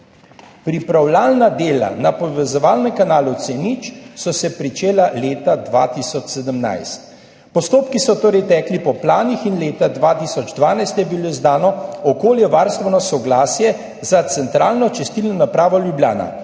Pripravljalna dela na povezovalnem kanalu C0 so se pričela leta 2017. Postopki so torej tekli po planih in leta 2012 je bilo izdano okoljevarstveno soglasje za Centralno čistilno napravo Ljubljana.